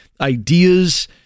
ideas